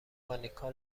مانیکا